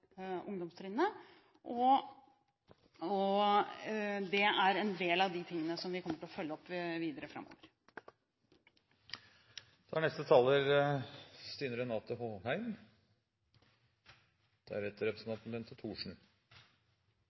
Det er en del av de tingene som vi kommer til å følge opp videre